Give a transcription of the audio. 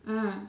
mm